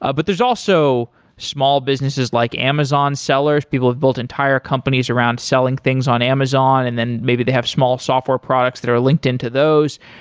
ah but there's also small businesses like amazon sellers. people have built entire companies around selling things on amazon and then maybe they have small software products that are linked in to those.